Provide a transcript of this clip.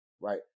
right